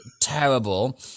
terrible